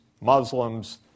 Muslims